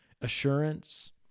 assurance